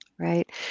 right